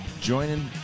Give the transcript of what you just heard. joining